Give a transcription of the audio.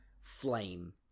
flame